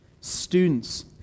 Students